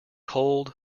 cold